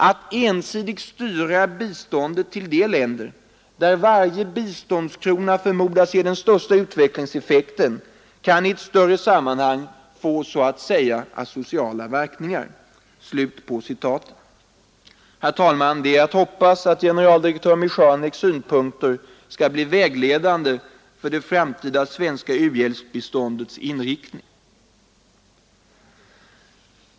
Att ensidigt styra biståndet till de länder där varje biståndskrona förmodas ge den största utvecklingseffekten, kan sett i ett större sammanhang få så att säga asociala verkningar.” Herr talman! Det är att hoppas att generaldirektör Michaneks synpunkter skall bli vägledande för det framtida svenska u-hjälpsbiståndets inriktning.